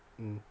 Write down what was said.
mm